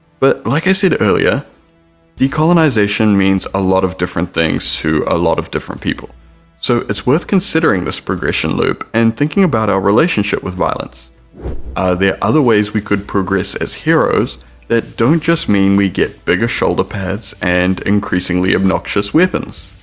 but like i said earlier decolonization means a lot of different things to a lot of different people so it's worth considering this progression loop and thinking about our relationship with violence. are there other ways we could progress as heroes that don't just mean we get bigger shoulder pads and increasingly obnoxious weapons?